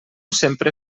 sempre